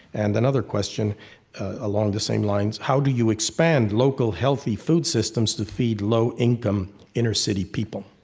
and another question along the same lines how do you expand local healthy food systems to feed low-income, inner-city people?